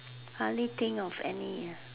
hardly think of any ah